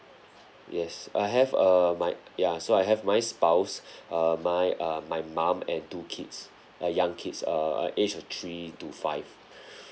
yes I have err my ya so I have my spouse uh my uh my mum and two kids uh young kids uh uh age of three to five